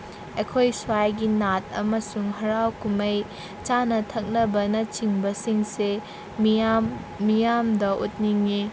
ꯑꯩꯈꯣꯏ ꯁ꯭꯭ꯋꯥꯏꯒꯤ ꯅꯥꯠ ꯑꯃꯁꯨꯡ ꯍꯔꯥꯎ ꯀꯨꯝꯍꯩ ꯆꯥꯅ ꯊꯛꯅꯕꯅꯆꯤꯡꯕꯁꯤꯡꯁꯦ ꯃꯤꯌꯥꯝ ꯃꯤꯌꯥꯝꯗ ꯎꯠꯅꯤꯡꯉꯤ